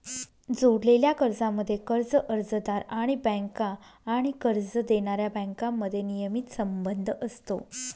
जोडलेल्या कर्जांमध्ये, कर्ज अर्जदार आणि बँका आणि कर्ज देणाऱ्या बँकांमध्ये नियमित संबंध असतो